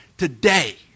Today